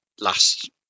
last